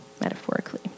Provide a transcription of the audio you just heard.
metaphorically